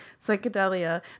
psychedelia